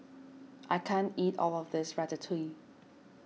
I can't eat all of this Ratatouille